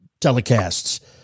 telecasts